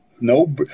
No